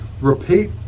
repeat